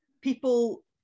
people